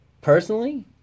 Personally